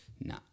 No